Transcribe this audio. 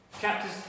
Chapters